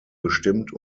bestimmt